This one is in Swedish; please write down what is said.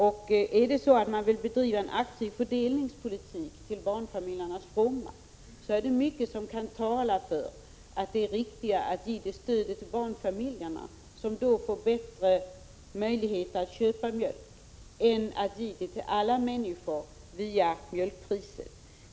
Vill man ha en aktivare fördelningspolitik till barnfamiljernas fromma är det mycket som talar för att det riktiga är att ge stödet till barnfamiljerna, som då får möjligheter att köpa mjölk, i stället för att ge det till alla människor via mjölkpriset.